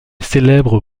célèbre